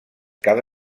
cada